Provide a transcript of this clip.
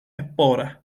esporas